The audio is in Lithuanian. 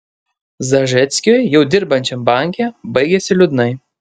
zažeckiui jau dirbančiam banke baigėsi liūdnai